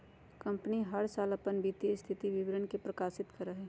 company हर साल अपन वित्तीय स्थिति विवरण के प्रकाशित करा हई